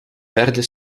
derde